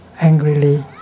angrily